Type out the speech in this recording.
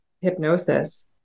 hypnosis